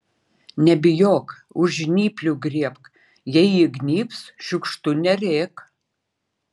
nebijok už žnyplių griebk jei įgnybs šiukštu nerėk